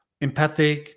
empathic